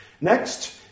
Next